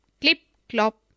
clip-clop